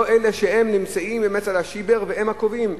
לא אלה שנמצאים על ה"שיבר" והם הקובעים.